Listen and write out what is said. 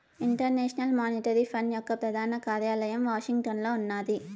international monetary fund యొక్క ప్రధాన కార్యాలయం వాషింగ్టన్లో ఉన్నాది